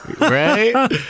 right